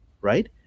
Right